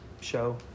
show